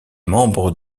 membres